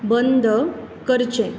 बंद करचें